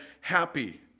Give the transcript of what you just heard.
happy